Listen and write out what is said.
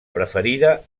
preferida